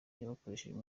bakoresheje